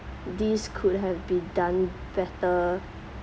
this could have been done better